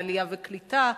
לעלייה וקליטה,